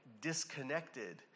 disconnected